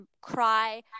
cry